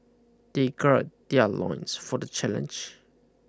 they gird their loins for the challenge